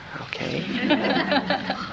okay